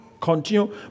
continue